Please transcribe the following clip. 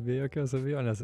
be jokios abejonės